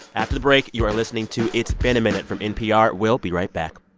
after the break. you are listening to it's been a minute from npr. we'll be right back